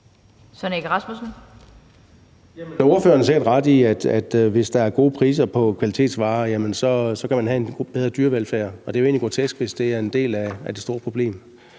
Søren Egge Rasmussen (EL): Ordføreren har sikkert ret i, at hvis der er gode priser på kvalitetsvarer, så kan man have en bedre dyrevelfærd, og det er jo egentlig grotesk, hvis det er en del af det store problem.